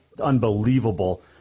unbelievable